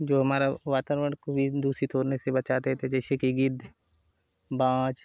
जो हमारा वातारवण को भी दूषित होने बचा देते जैसे कि गिद्द बाज